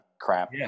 crap